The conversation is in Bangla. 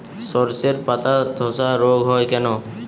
শর্ষের পাতাধসা রোগ হয় কেন?